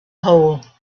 hole